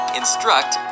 instruct